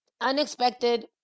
unexpected